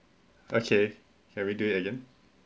okay can we do it again